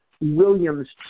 Williams